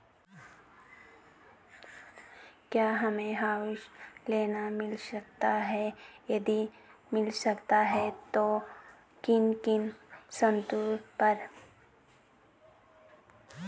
क्या हमें house loan मिल सकता है यदि मिल सकता है तो किन किन शर्तों पर?